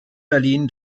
berlin